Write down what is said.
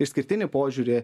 išskirtinį požiūrį